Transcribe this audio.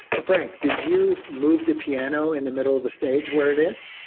frank, did you move the piano in the middle of the stage where it is?